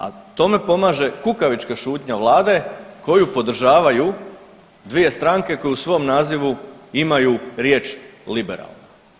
A tome pomaže kukavička šutnja vlade koju podržavaju dvije stranke koje u svom nazivu imaju riječ liberalno.